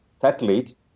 satellite